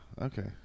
okay